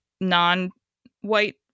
non-white